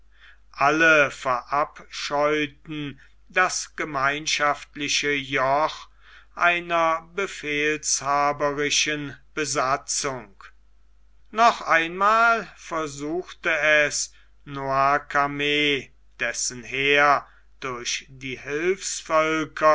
alle verabscheuten das gemeinschaftliche joch einer befehlshaberischen besatzung noch einmal versuchte es noircarmes dessen heer durch die